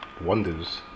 wonders